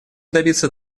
добиться